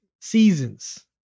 seasons